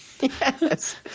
Yes